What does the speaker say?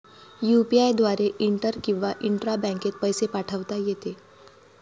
UPI द्वारे inter किंवा intra बँकेत पैसे पाठवता येते